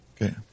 Okay